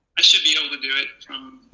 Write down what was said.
i should be able to do it from